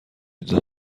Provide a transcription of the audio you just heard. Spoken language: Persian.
پیتزا